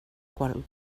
qual